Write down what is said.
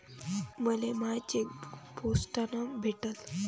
मले माय चेकबुक पोस्टानं भेटल